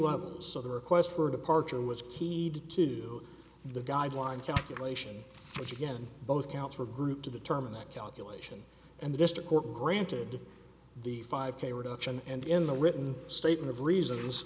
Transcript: levels so the request for departure was keyed to the guideline calculation which again both counts were grouped to determine the calculation and the district court granted the five k reduction and in the written statement of reasons